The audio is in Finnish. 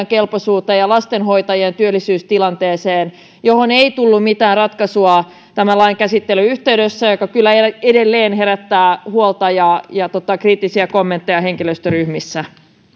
kelpoisuuteen ja lastenhoitajien työllisyystilanteeseen mihin ei tullut mitään ratkaisua tämän lain käsittelyn yhteydessä mikä kyllä edelleen herättää huolta ja kriittisiä kommentteja henkilöstöryhmissä